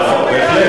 נכון,